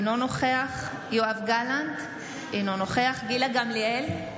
אינו נוכח יואב גלנט, אינו נוכח גילה גמליאל,